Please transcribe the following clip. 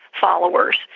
followers